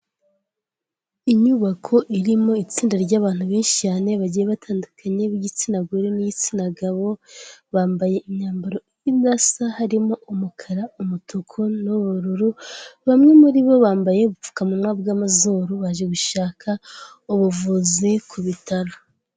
Inyubako irimo itsinda ry'abantu benshi cyane bagiye batandukanye b'igitsina gore n'igitsina gabo, bambaye imyambaro idasa, harimo umukara, umutuku n'ubururu, bamwe muri bo bambaye ubupfukamunwa bw'amazuru, baje gushaka ubuvuzi ku bitaro.